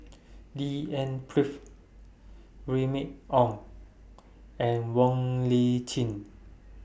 D N Remy Ong and Wong Lip Chin